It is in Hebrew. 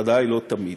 בוודאי לא תמיד.